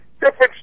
different